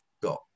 got